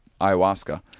ayahuasca